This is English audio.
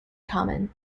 common